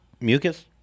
mucus